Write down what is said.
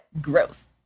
gross